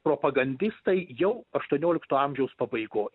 propagandistai jau aštuoniolikto amžiaus pabaigoj